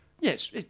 Yes